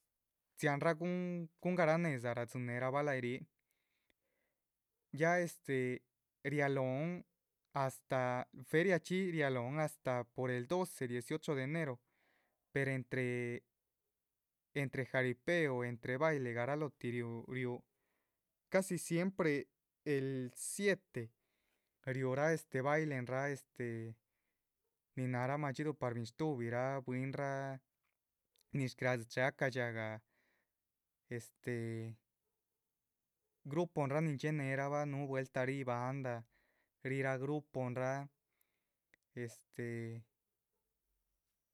Dzianrah gun, gun gará nedza radzin neherabah layih rih, ya este rialóhon astáh feria chxí rialóhon astáh por el doce rialóhon dieciocho de enero per entre. entre jaripeo, entre baile garalotih riú casi siempre el siete riuhra este bailen raa este, nin náhara madxiduh par binstubirah buihinraa nin shcadxi chéhe. gacadxiahgah este gruponra nin dxiehnerabah núhu vueltah ríh banda rirah gruponrah este